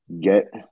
get